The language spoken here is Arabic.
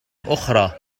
أخرى